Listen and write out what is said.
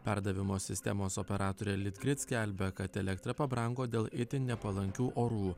perdavimo sistemos operatorė litgrid skelbia kad elektra pabrango dėl itin nepalankių orų